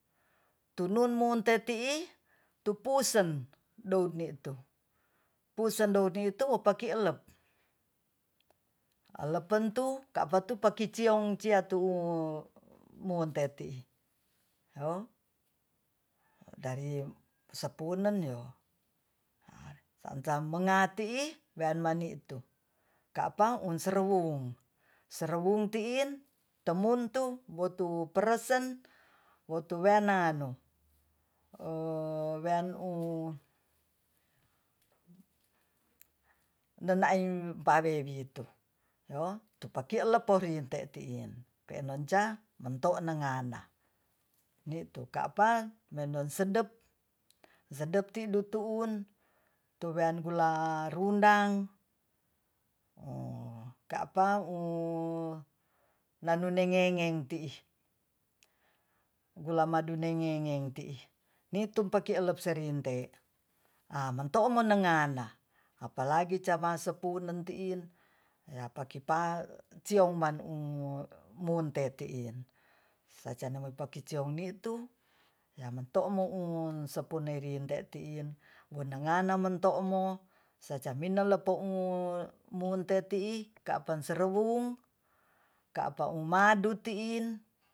Tununmunte ti'i tupusen doune'tu pusen doune'tu opaki eleb eleppentu kapakipatu ciongcia tu'u munte ti'i dari sepunen yo sansamenga ti'i wean mani'tu ka'pa unseruwung serwung ti'in tomuntu botu peresen botu wena a'nu dedaing pawewe witu tupakielepporiente ti'in peenonca monto'nengana ni'tu kapa medonsedep sedaptidi tu'un towean gularundang ka'p nanu nengeng-ngeng ti'i gulamadu nengeng-ngeng ti'i nitumpakiselep enerinte monto'unengan ngana apalagi capasemuntenan ti'in yapakipa ciong man na'un munte ti'in sacamapaki ciong ni'tu yamento'moun seponerinte ti'in wunenganan mento'mu sacamina lepo'mu munte ti'i ka'pan serewung ka'pa umadu ti'in